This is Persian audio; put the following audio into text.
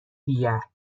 دیگر